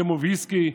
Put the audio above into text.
כמו ויסקי,